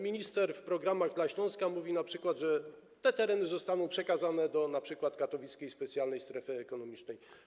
Minister w programach dla Śląska np. mówi, że te tereny zostaną przekazane np. do Katowickiej Specjalnej Strefy Ekonomicznej.